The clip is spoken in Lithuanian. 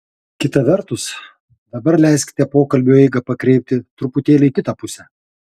kita vertus dabar leiskite pokalbio eigą pakreipti truputėlį į kitą pusę